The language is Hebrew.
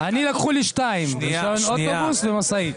לי לקחו שניים, רישיון אוטובוס ומשאית.